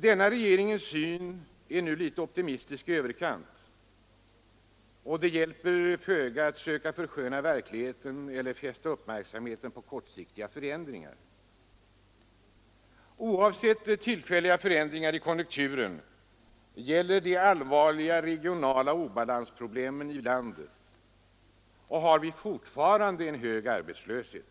Denna regeringens syn är nu litet optimistisk i överkant. Det hjälper föga att söka försköna verkligheten eller fästa uppmärksamheten på kortsiktiga förändringar. Oavsett tillfälliga förändringar i konjunkturen gäller de allvarliga regionala obalansproblemen i landet, och har vi fortfarande en hög arbetslöshet,